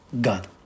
God